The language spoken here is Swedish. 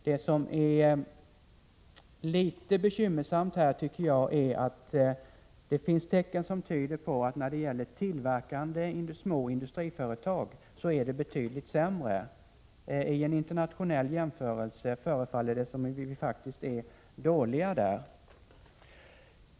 Det som är litet bekymmersamt här är att det finns tecken som tyder på att det är betydligt sämre när det gäller tillverkande småindustriföretag. I en internationell jämförelse förefaller det som om vi faktiskt är dåliga där.